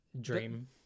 Dream